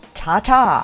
ta-ta